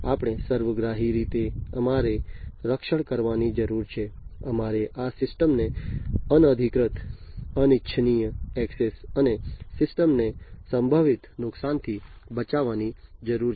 આપણે સર્વગ્રાહી રીતે અમારે રક્ષણ કરવાની જરૂર છે અમારે આ સિસ્ટમ ને અનધિકૃત અનિચ્છનીય ઍક્સેસ અને સિસ્ટમ ને સંભવિત નુકસાનથી બચાવવાની જરૂર છે